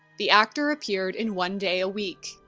the actor appeared in one day a week,